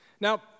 Now